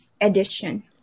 edition